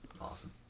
awesome